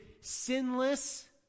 sinless